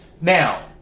now